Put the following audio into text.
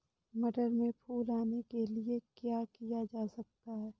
मटर में फूल आने के लिए क्या किया जा सकता है?